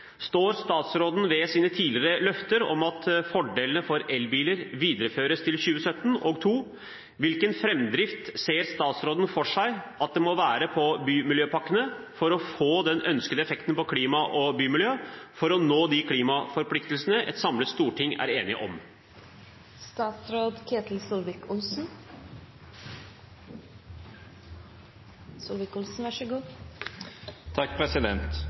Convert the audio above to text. Står statsråden ved sine tidligere løfter om at fordelene for elbiler videreføres til 2017? Hvilken framdrift ser statsråden for seg at det må være på bymiljøpakkene for å få den ønskede effekten på klimaet og bymiljøet for å nå de klimaforpliktelsene et samlet storting er